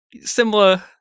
similar